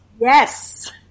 Yes